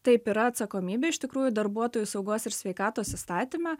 taip yra atsakomybė iš tikrųjų darbuotojų saugos ir sveikatos įstatyme